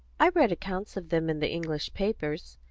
i read accounts of them in the english papers.